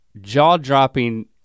jaw-dropping